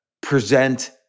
present